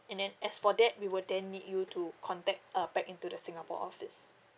and then as for that we would then need you to contact uh back into the singapore office